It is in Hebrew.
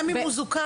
גם אם הוא זוכה?